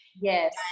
Yes